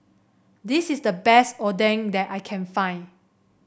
this is the best Oden that I can find